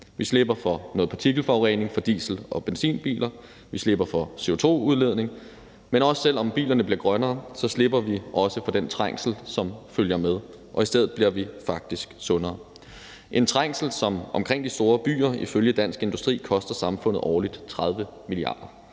Vi slipper for noget partikelforurening fra diesel- og benzinbiler, og vi slipper for CO2-udledning. Men også selv om bilerne bliver grønnere, slipper vi også for den trængsel, som følger med, og i stedet bliver vi faktisk sundere. Det er en trængsel, som omkring de store byer ifølge Dansk Industri koster samfundet årligt 30 mia. kr.